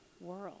world